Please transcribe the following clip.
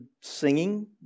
singing